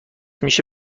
میشه